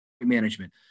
management